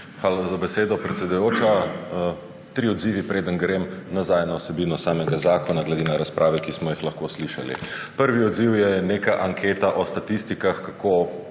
Hvala za besedo, predsedujoča. Trije odzivi, preden grem nazaj na vsebino samega zakona, glede na razprave, ki smo jih lahko slišali. Prvi odziv je neka anketa o statistikah, kako